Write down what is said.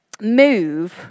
move